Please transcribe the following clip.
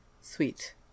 sweet